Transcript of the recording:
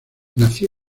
nació